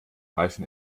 reifen